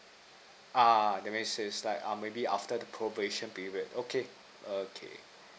uh that means says like um maybe after the probation period okay okay